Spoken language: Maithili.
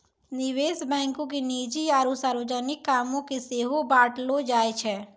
निवेश बैंको के निजी आरु सार्वजनिक कामो के सेहो बांटलो जाय छै